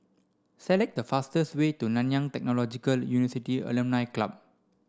select the fastest way to Nanyang Technological Alumni Club